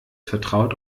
vertraut